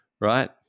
right